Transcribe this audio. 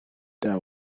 there